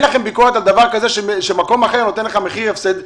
אין לכם ביקורת שמקום אחר נותן לך מחיר הפסד,